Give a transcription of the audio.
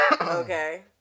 Okay